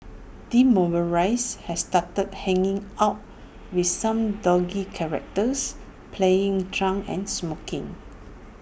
demoralised he started hanging out with some dodgy characters playing truant and smoking